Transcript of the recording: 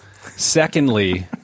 Secondly